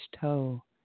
toe